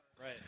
right